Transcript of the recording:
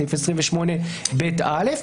סעיף 28ב(א),